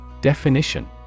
Definition